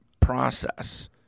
process